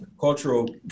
Cultural